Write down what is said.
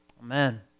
Amen